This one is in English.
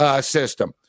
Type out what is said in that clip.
system